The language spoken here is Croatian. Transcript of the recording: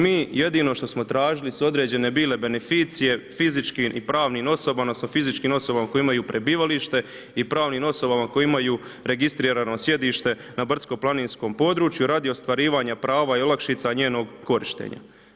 Mi jedino što smo tražili su određene bile beneficije fizičkim i pravnim osobama sa fizičkim osobama koje imaju prebivalište i pravnim osobama koje imaju registrirano sjedište na brdsko planinskom području radi ostvarivanja prava i olakšica njenog korištenja.